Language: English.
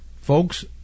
folks